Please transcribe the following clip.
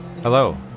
Hello